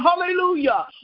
Hallelujah